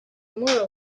mura